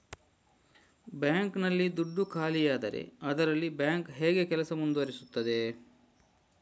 Bank ನಲ್ಲಿ ದುಡ್ಡು ಖಾಲಿಯಾದರೆ ಅದರಲ್ಲಿ ಬ್ಯಾಂಕ್ ಹೇಗೆ ಕೆಲಸ ಮುಂದುವರಿಸುತ್ತದೆ?